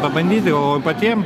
pabandyti patiem